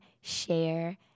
share